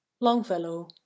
Longfellow